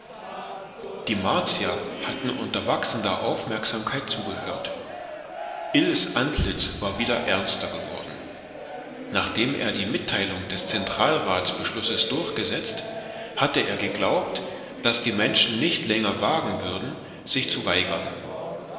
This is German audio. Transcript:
die martier hatten unter wachsender aufmerksamkeit zugehört ills antlitz war wieder ernster geworden nachdem er die mitteilung des zentralratsbeschlusses durchgesetzt hatte er geglaubt daß die menschen nicht länger wagen würden sich zu weigern